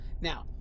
Now